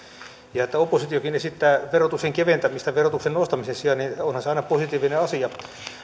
ja kun oppositiokin esittää verotuksen keventämistä verotuksen nostamisen sijaan niin onhan se aina positiivinen asia